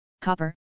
copper